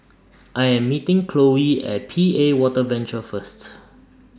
I Am meeting Chloe At P A Water Venture First